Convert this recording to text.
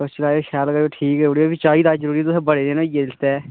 अच्छा शैल करियै ठीक करी ओड़ेयो चाहिदा बड़े दिन होई गेआ दित्ते दे